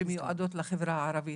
שמיועדות לחברה הערבית.